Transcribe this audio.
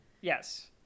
Yes